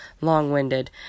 long-winded